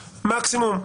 מקסימום,